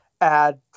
add